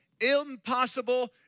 impossible